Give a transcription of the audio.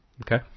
Okay